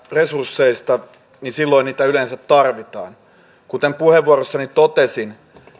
resursseista niin silloin niitä yleensä tarvitaan kuten puheenvuorossani totesin